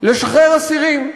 לשחרר אסירים.